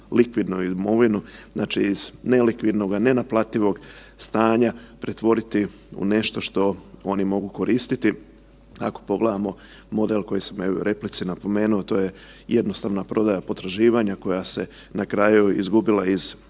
likvidnu imovinu, znači iz nelikvidnoga, nenaplativog stanja pretvoriti u nešto što oni mogu koristiti. Ako pogledamo model koji sam evo i u replici napomenuo, to je jednostavna prodaja potraživanja koja se na kraju izgubila iz